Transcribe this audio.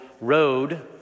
road